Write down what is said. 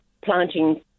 planting